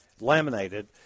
laminated